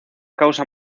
causa